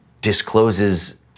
discloses